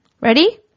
ready